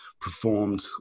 performed